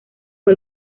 fue